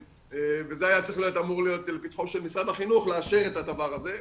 וזה היה אמור להיות לפתחו של משרד החינוך לאשר את הדבר הזה,